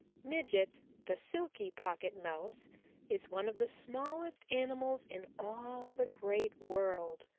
midget the silky pocket mouse is one of the smallest animals in all the great world,